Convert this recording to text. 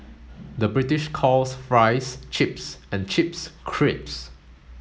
the British calls fries chips and chips crisps